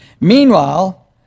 Meanwhile